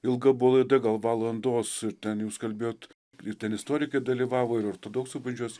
ilga buvo laida gal valandos ten jūs kalbėjot ir ten istorikai dalyvavo ir ortodoksų bažnyčios